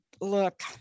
look